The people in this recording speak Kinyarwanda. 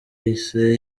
yahise